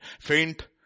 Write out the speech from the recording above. faint